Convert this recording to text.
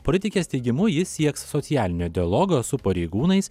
politikės teigimu ji sieks socialinio dialogo su pareigūnais